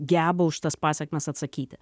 geba už tas pasekmes atsakyti